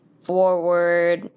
forward